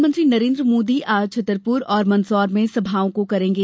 प्रधानमंत्री नरेन्द्र मोदी आज छतरपुर और मंदसौर में आमसभाओं को संबोधित करेगें